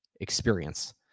experience